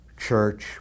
church